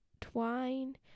twine